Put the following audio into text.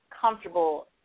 comfortable